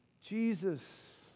Jesus